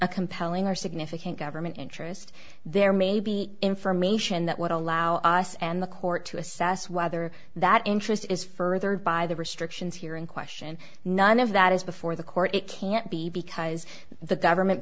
a compelling or significant government interest there may be information that would allow us and the court to assess whether that interest is furthered by the restrictions here in question none of that is before the court it can't be because the government